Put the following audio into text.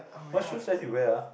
what shoe size you wear ah